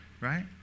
Right